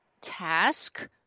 task